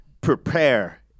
prepare